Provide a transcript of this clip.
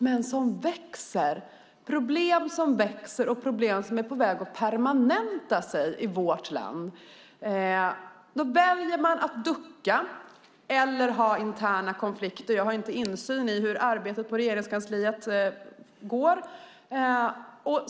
Men det är problem som växer och är på väg att permanenta sig i vårt land. Man väljer att ducka eller att ha interna konflikter. Jag har inte insyn i hur arbetet på Regeringskansliet går.